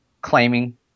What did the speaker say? claiming